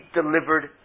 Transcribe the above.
delivered